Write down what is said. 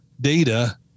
data